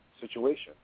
situation